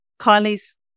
Kylie's